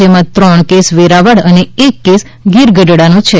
જેમાં ત્રણ કેસ વેરાવળ અને એક કેસ ગીર ગઢડાનો છે